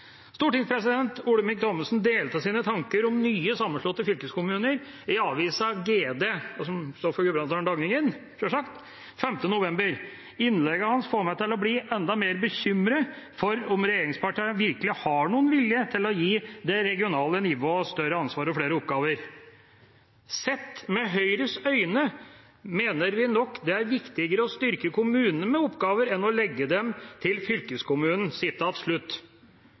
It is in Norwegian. Stortingspresident Olemic Thommessen delte sine tanker om nye, sammenslåtte fylkeskommuner i avisen Gudbrandsdølen Dagningen den 5. november. Innlegget hans får meg til å bli enda mer bekymret for om regjeringspartiene virkelig har noen vilje til å gi det regionale nivået større ansvar og flere oppgaver. «Sett med Høyres øyne mener vi nok det er viktigere å styrke kommunene med oppgaver enn å legge dem til fylkeskommunen.»